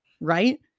Right